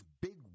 big